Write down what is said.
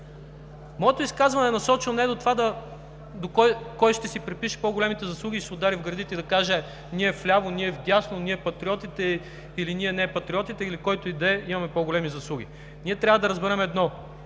Моето изказване е насочено не към това кой ще си припише по-големите заслуги, ще се удари в гърдите и ще каже: ние вляво, ние вдясно, ние Патриотите или ние не-Патриотите, или който и да е, имаме по-големи заслуги. Трябва да разберем едно